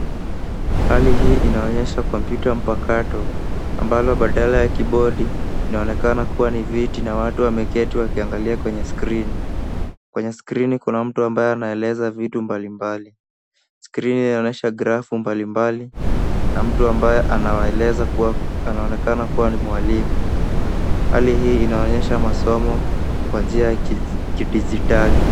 Hali hii inaonyesha kompyuta mpakato, ambalo badala ya kibodi inaonekana kuwa ni viti, na watu wameketi wakiangalia kwenye skrini. Kwenye skrini kuna mtu ambaye anaeleza vitu mbalimbali. Skrini inaosha grafu mbalimbali na mtu ambaye anawaeleza kuwa anaonekana kuwa ni mwalimu. Hali hii inaonyesha masomo kwa njia ya kidijitali.